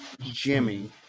Jimmy